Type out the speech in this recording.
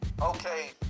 okay